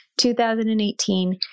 2018